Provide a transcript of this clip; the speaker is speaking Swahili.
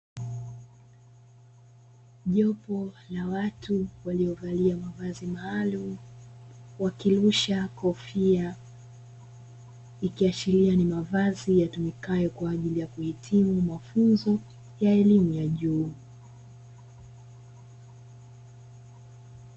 Jopo la watu waliovalia mavazi maalumu wakirusha kofia ikiashiria ni mavazi yatumikayo kwaajili ya kuhitimu mafunzo ya elimu ya juu.